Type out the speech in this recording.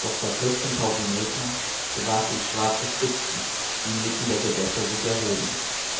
doch bei vierzehntausend meter gewahrte ich schwarze spitzen die inmitten der gewässer sich erhoben